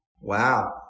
Wow